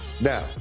Now